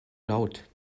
laut